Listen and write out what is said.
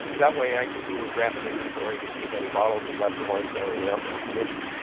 that way, i can do a rapid inventory to see if any bottles have left the wine cellar without my permission.